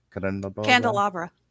candelabra